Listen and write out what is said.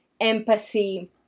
empathy